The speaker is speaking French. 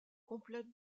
complète